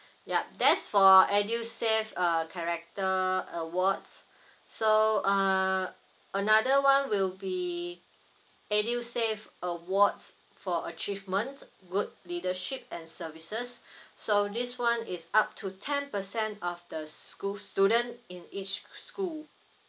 yup that's for edusave uh character awards so uh another one will be edusave awards for achievement good leadership and services so this one is up to ten percent of the school student in each school